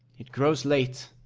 it grows late.